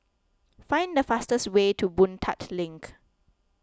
find the fastest way to Boon Tat Link